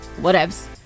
Whatevs